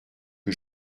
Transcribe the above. que